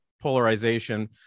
polarization